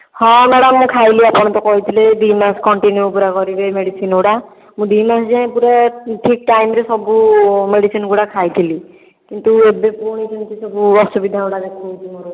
ହଁ ମ୍ୟାଡ଼ାମ ମୁଁ ଖାଇଲି ଆପଣ ତ କହିଥିଲେ ଦୁଇ ମାସ କଣ୍ଟିନ୍ୟୁ ପୁରା କରିବେ ମେଡ଼ିସିନ୍ ଗୁଡ଼ାକ ଦୁଇମାସ ଯାଏଁ ପୁରା ଠିକ ଟାଇମ୍ ରେ ସବୁ ମେଡ଼ିସିନ୍ ଗୁଡ଼ାକ ଖାଇଥିଲି କିନ୍ତୁ ଏବେ ପୁଣି ଏମିତି ସବୁ ଅସୁବିଧା ଗୁଡ଼ାକ ଦେଖାଉଛି ମୋର